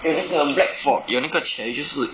eh 那个 black for~ 有那个 cherry 就是